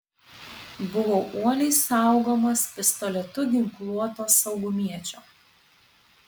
buvau uoliai saugomas pistoletu ginkluoto saugumiečio